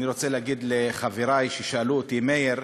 אני רוצה להגיד לחברי ששאלו אותי: מאיר,